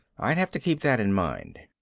i'd have to keep that in mind.